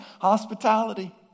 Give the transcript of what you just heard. hospitality